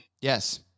Yes